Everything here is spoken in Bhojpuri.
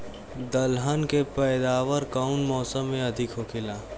दलहन के पैदावार कउन मौसम में अधिक होखेला?